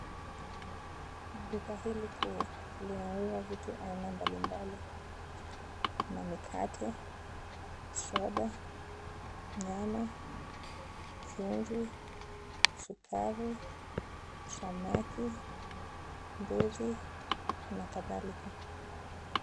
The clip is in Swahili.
Duka hili kuu linauza vitu vya aina mbalimbali kuna mikate, soda, nyama, jumbo, sukari, samaki, ngozi na khadhalika.